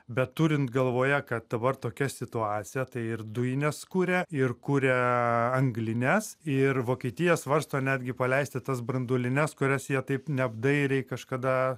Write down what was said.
bet turint galvoje kad dabar tokia situacija tai ir dujines kuria ir kuria anglines ir vokietija svarsto netgi paleisti tas branduolines kurias jie taip neapdairiai kažkada